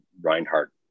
Reinhardt